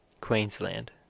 Queensland